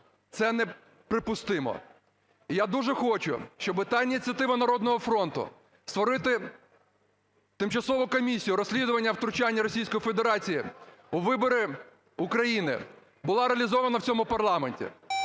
Це неприпустимо. І я дуже хочу, щоби та ініціатива "Народного фронту" створити тимчасову комісію розслідування втручання Російської Федерації у вибори України була реалізована в цьому парламенті.